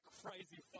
crazy